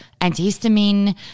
antihistamine